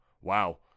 Wow